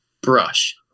brush